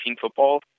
football